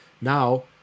now